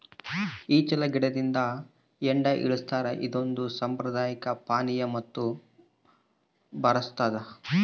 ಈಚಲು ಗಿಡದಿಂದ ಹೆಂಡ ಇಳಿಸ್ತಾರ ಇದೊಂದು ಸಾಂಪ್ರದಾಯಿಕ ಪಾನೀಯ ಮತ್ತು ಬರಸ್ತಾದ